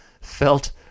felt